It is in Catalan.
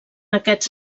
aquests